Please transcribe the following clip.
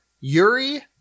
Yuri